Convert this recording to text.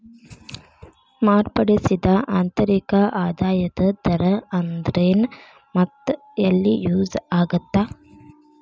ಮಾರ್ಪಡಿಸಿದ ಆಂತರಿಕ ಆದಾಯದ ದರ ಅಂದ್ರೆನ್ ಮತ್ತ ಎಲ್ಲಿ ಯೂಸ್ ಆಗತ್ತಾ